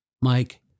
Mike